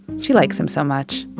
she likes him so much.